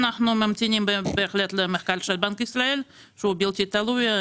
אנחנו ממתינים למחקר של בנק ישראל שהוא בלתי תלוי.